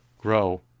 grow